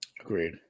Agreed